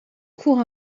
cours